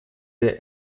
der